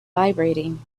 vibrating